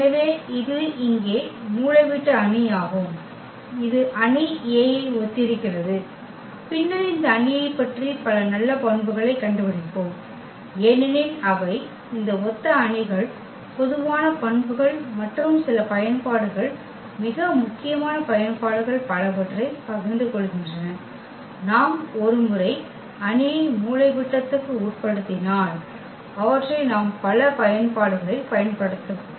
எனவே இது இங்கே மூலைவிட்ட அணி ஆகும் இது அணி A ஐ ஒத்திருக்கிறது பின்னர் இந்த அணியைப் பற்றி பல நல்ல பண்புகளை கண்டுபிடிப்போம் ஏனெனில் அவை இந்த ஒத்த அணிகள் பொதுவான பண்புகள் மற்றும் சில பயன்பாடுகள் மிக முக்கியமான பயன்பாடுகள் பலவற்றைப் பகிர்ந்து கொள்கின்றன நாம் ஒரு முறை அணியை மூலைவிட்டதுக்கு உட்படுத்தினால் அவற்றை நாம் பல பயன்பாடுகளில் பயன்படுத்தலாம்